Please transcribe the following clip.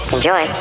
Enjoy